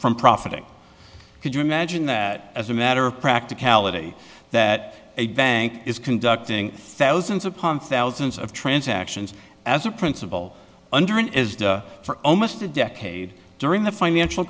from profiting could you imagine that as a matter of practicality that a bank is conducting thousands upon thousands of transactions as a principal under for almost a decade during the financial